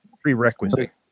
prerequisite